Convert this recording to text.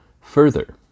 Further